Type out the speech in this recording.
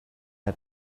had